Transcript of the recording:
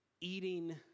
eating